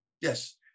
yes